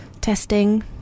testing